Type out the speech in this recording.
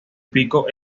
pico